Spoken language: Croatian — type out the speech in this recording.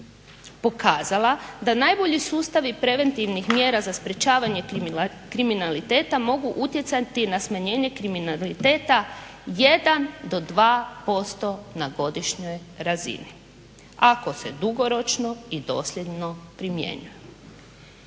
pokazala da najbolji sustavi preventivnih mjera za sprečavanje kriminaliteta mogu utjecati na smanjenje kriminaliteta 1 do 2% na godišnjoj razini ako se dugoročno i dosljedno primjenjuju.